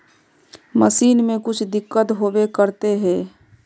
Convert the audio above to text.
Machine में कुछ दिक्कत होबे करते है?